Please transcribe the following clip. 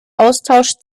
austausch